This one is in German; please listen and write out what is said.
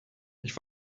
ich